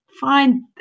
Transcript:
find